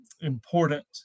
important